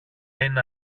είναι